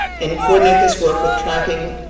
and coordinate this work with tracking